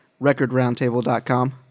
recordroundtable.com